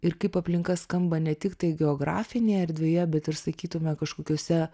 ir kaip aplinka skamba ne tiktai geografinėje erdvėje bet ir sakytume kažkokiuose